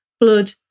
blood